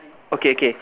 okay okay